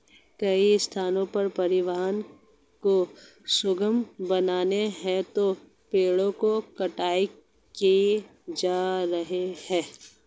कई स्थानों पर परिवहन को सुगम बनाने हेतु पेड़ों की कटाई की जा रही है